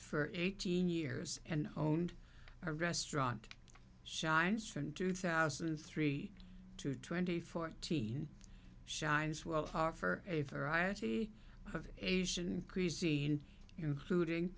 for eighteen years and owned a restaurant shines from two thousand and three to twenty fourteen shines well for a variety of asian increasing including